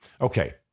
Okay